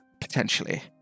potentially